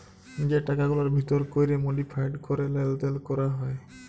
যে টাকাগুলার ভিতর ক্যরে মডিফায়েড ক্যরে লেলদেল ক্যরা হ্যয়